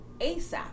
ASAP